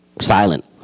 silent